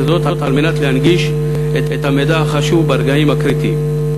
וזאת על מנת להנגיש את המידע החשוב ברגעים הקריטיים.